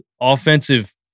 offensive